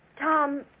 Tom